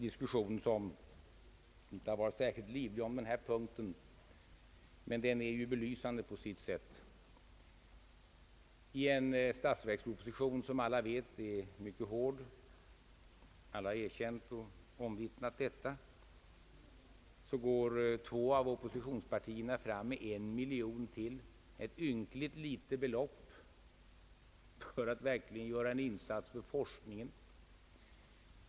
Diskussionen om denna punkt har inte varit särskilt livlig, men den är belysande på sitt sätt. I en statsverksproposition, som alla vet är mycket hård — alla har erkänt och omvittnat detta — går två av oppositionspartierna fram med en miljon ytterligare, ett ynkligt litet belopp, för att verkligen göra en insats för forskningen.